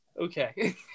Okay